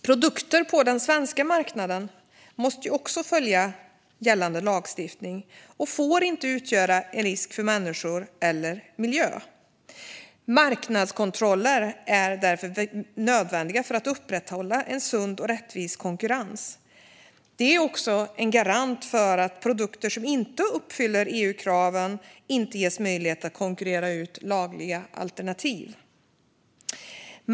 Produkter på den svenska marknaden måste följa gällande lagstiftning och får inte utgöra en risk för människor eller miljö. Marknadskontroller är därför nödvändiga för att upprätthålla en sund och rättvis konkurrens. Det är också en garant för att produkter som inte uppfyller EU-kraven inte ges möjlighet att konkurrera ut lagliga alternativ.